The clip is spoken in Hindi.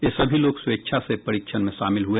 ये सभी लोग स्वेच्छा से परीक्षण में शामिल हुए